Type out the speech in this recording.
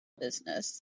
business